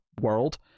world